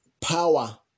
power